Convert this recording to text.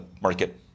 market